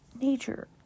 Nature